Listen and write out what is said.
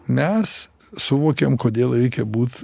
mes suvokiam kodėl reikia būt